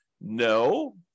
No